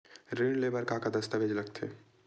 ऋण ले बर का का दस्तावेज लगथे?